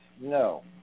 No